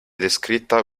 descritta